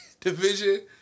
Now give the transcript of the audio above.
division